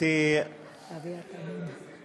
באבי התמים.